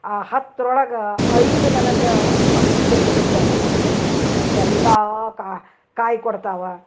ಆ ಹತ್ತರೊಳಗ ಐದು ನನಗೆ ಅಗ್ದಿ ದೊಡ್ಡು ದೊಡ್ಡು ಅಗ್ಯಾವೆ ಮಸ್ತು ಎಲ್ಲಾ ಕಾಯಿ ಕೊಡ್ತಾವೆ